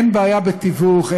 אין בעיה בתיווך,